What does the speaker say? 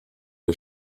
her